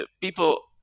people